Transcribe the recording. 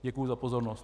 Děkuji za pozornost.